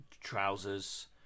trousers